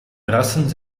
verrassen